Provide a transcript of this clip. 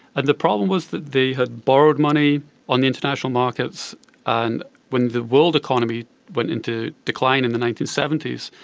and the problem was that they had borrowed money on the international markets and when the world economy went into decline in the nineteen seventy s,